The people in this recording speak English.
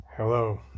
Hello